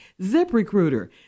ZipRecruiter